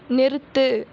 நிறுத்து